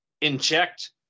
inject